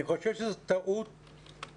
אני חושב שזו טעות היסטורית,